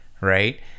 right